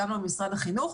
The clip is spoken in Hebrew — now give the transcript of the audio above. דם לא ממשרד החינוך,